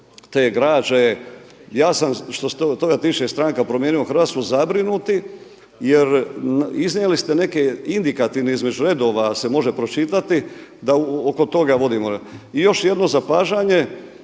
te građe? Ja sam što se toga tiče stranka Promijenimo Hrvatsku zabrinuti jer iznijeli ste neke indikativne, između redova se može pročitati da oko toga vodimo. I još jedno zapažanje,